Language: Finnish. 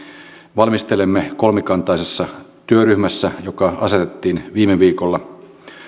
valmistelemme kolmikantaisessa työryhmässä joka asetettiin viime viikolla